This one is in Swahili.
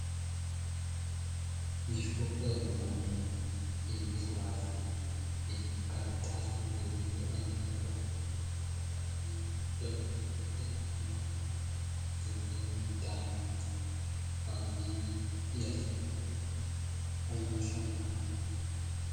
Mifuko ya magunia iliyo wazi yenye karatasi zilizoandikwa kwa ajili ya kujulisha aina ya nafaka zilizomo ndani, kwa ajili ya chakula au kupandwa shambani.